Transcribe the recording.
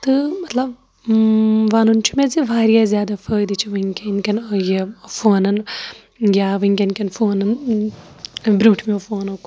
تہٕ مطلب وَنُن چھُ مےٚ زِ واریاہ زیادٕ فٲیدٕ چھِ وٕنکیٚن کٮ۪ن یہِ فونن یا وٕنکیٚن کین فونن برونٹھمٮ۪و فونو کھۄتہٕ